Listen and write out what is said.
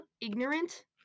ignorant